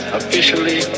officially